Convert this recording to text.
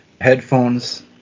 headphones